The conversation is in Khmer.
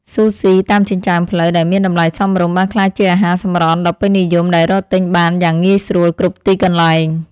ស៊ូស៊ី តាមចិញ្ចើមផ្លូវដែលមានតម្លៃសមរម្យបានក្លាយជាអាហារសម្រន់ដ៏ពេញនិយមដែលរកទិញបានយ៉ាងងាយស្រួលគ្រប់ទីកន្លែង។